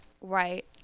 Right